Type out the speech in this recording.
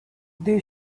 they